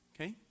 Okay